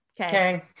Okay